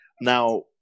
Now